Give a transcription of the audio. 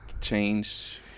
change